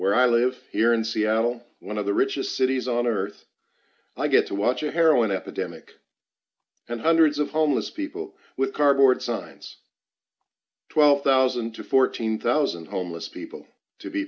where i live here in seattle one of the richest cities on earth i get to watch a heroin epidemic and hundreds of homeless people with cardboard signs twelve thousand to fourteen thousand homeless people to be